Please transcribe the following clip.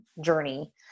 journey